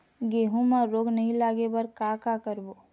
गेहूं म रोग नई लागे बर का का करबो?